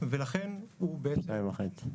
ה-112%,